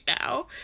now